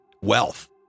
wealth